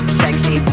sexy